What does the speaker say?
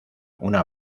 una